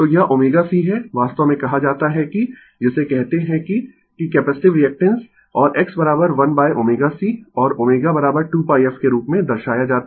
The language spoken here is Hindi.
Refer Slide Time 3113 तो यह ω C है वास्तव में कहा जाता है कि जिसे कहते है कि कि कैपेसिटिव रीएक्टेन्स और X 1ω C और ω2πf के रूप में दर्शाया जाता है